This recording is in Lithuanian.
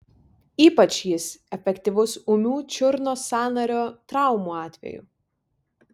ypač jis efektyvus ūmių čiurnos sąnario traumų atveju